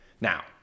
Now